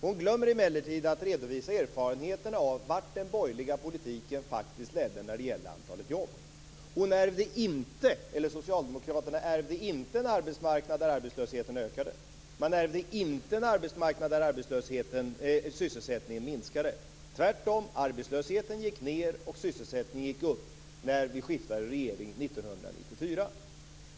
Hon glömmer emellertid att redovisa erfarenheterna av vart den borgerliga politiken faktiskt ledde när det gäller antalet jobb. Socialdemokraterna ärvde inte en arbetsmarknad där arbetslösheten ökade. Man ärvde inte en arbetsmarknad där sysselsättningen minskade. Arbetslösheten gick tvärtom ned och sysselsättningen upp när vi skiftade regering 1994.